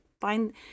find